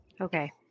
Okay